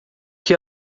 que